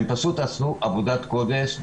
הן פשוט עשו עבודת קודש,